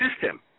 system